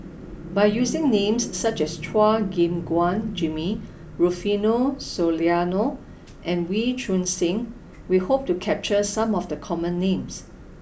by using names such as Chua Gim Guan Jimmy Rufino Soliano and Wee Choon Seng we hope to capture some of the common names